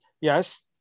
yes